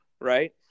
Right